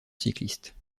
cycliste